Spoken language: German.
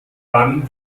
dann